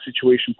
situation